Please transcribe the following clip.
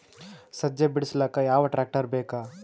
ಸಜ್ಜಿ ಬಿಡಿಸಿಲಕ ಯಾವ ಟ್ರಾಕ್ಟರ್ ಬೇಕ?